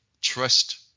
trust